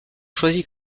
choisie